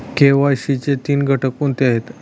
KYC चे तीन घटक कोणते आहेत?